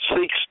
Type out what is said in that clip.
seeks